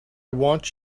want